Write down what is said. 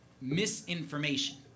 misinformation